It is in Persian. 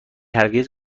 هرگز